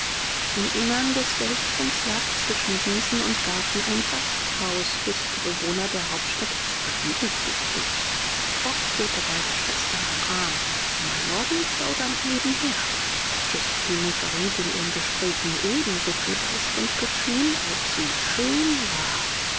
im innern des wäldchens lag zwischen wiesen und gärten ein gasthaus wo sich die bewohner der hauptstadt zu vergnügen pflegten frock führte beide schwestern am arm der major ging plaudernd nebenher josephine verriet in ihren gesprächen eben so viel geist und gefühl als sie schön war